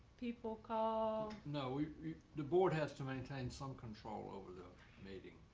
people call? no, we the board has to maintain some control over the meeting.